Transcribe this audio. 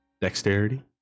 dexterity